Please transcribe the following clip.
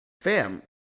Fam